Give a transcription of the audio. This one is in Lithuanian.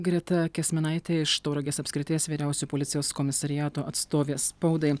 greta kęsminaitė iš tauragės apskrities vyriausio policijos komisariato atstovė spaudai